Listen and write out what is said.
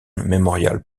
memorial